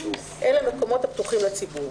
אלה מקומות הפתוחים לציבור.